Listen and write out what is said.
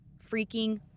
freaking